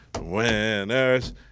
Winners